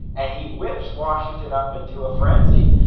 and he whips washington up into a frenzy.